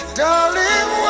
darling